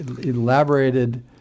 elaborated